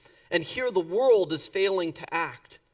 and here the world is failing to act.